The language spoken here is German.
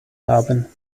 haben